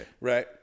right